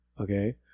Okay